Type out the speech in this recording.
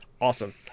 Awesome